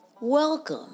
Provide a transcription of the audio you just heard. welcome